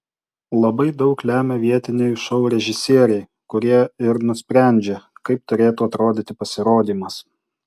labai daug lemia vietiniai šou režisieriai kurie ir nusprendžia kaip turėtų atrodyti pasirodymas